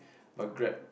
but Grab